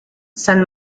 san